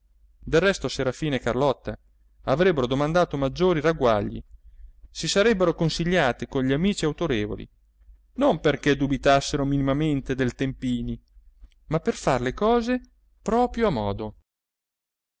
del resto serafina e carlotta avrebbero domandato maggiori ragguagli si sarebbero consigliate con gli amici autorevoli non perché dubitassero minimamente del tempini ma per far le cose proprio a modo